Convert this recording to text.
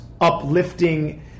uplifting